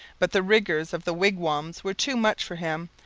but the rigours of the wigwams were too much for him,